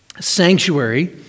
Sanctuary